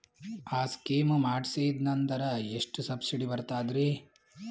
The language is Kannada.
ಆ ಸ್ಕೀಮ ಮಾಡ್ಸೀದ್ನಂದರ ಎಷ್ಟ ಸಬ್ಸಿಡಿ ಬರ್ತಾದ್ರೀ?